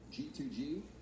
G2G